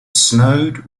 snowed